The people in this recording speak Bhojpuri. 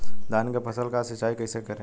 धान के फसल का सिंचाई कैसे करे?